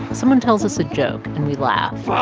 someone tells us a joke, and we laugh ah